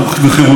תחוקק את זה.